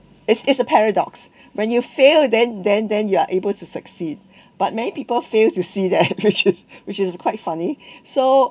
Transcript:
it's it's a paradox when you fail then then then you are able to succeed but many people fail to see that which is which is quite funny so